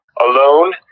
alone